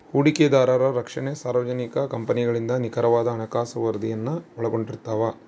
ಹೂಡಿಕೆದಾರರ ರಕ್ಷಣೆ ಸಾರ್ವಜನಿಕ ಕಂಪನಿಗಳಿಂದ ನಿಖರವಾದ ಹಣಕಾಸು ವರದಿಯನ್ನು ಒಳಗೊಂಡಿರ್ತವ